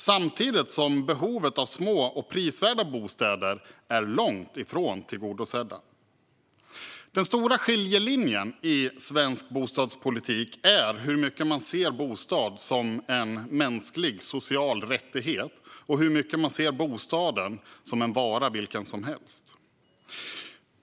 Samtidigt är behovet av små och prisvärda bostäder långt ifrån tillgodosett. Den stora skiljelinjen i svensk bostadspolitik är hur mycket man ser bostaden som en mänsklig och social rättighet och hur mycket man ser bostaden som en vara vilken som helst.